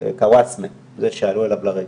קוואסמה, זה שעלו אליו לרגל.